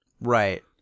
Right